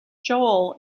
joel